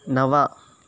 नव